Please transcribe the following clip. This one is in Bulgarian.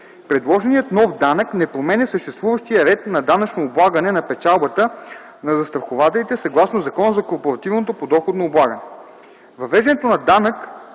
Предложеният нов данък не променя съществуващия ред на данъчно облагане на печалбата на застрахователите съгласно Закона за корпоративното подоходно облагане.